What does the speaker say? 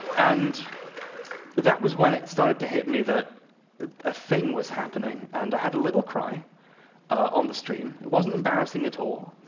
and that was when it started to hit me that a thing was happening, and i had a little cry on the stream, it wasn't embarrassing at all.